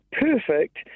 perfect